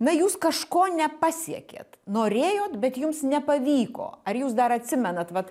na jūs kažko nepasiekėt norėjot bet jums nepavyko ar jūs dar atsimenat vat